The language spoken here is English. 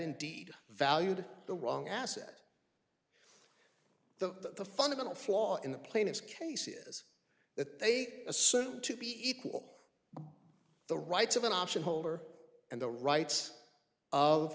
indeed valued the wrong asset the fundamental flaw in the plaintiff's case is that they assumed to be equal the rights of an option holder and the rights of